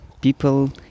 people